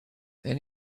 then